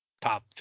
top